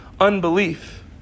unbelief